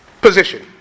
position